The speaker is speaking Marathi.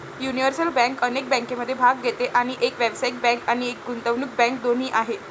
युनिव्हर्सल बँक अनेक बँकिंगमध्ये भाग घेते आणि एक व्यावसायिक बँक आणि गुंतवणूक बँक दोन्ही आहे